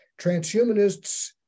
Transhumanists